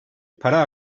para